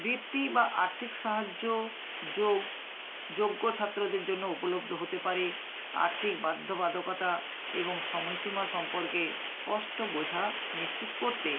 বৃত্তি বা আর্থিক সাহায্য যোগ্য ছাত্রদের জন্য উপলব্ধ হতে পারে আর্থিক বাধ্যবাধকতা এবং সময়সীমা সম্পর্কে স্পষ্ট বোঝা নিশ্চিত করতে